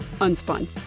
Unspun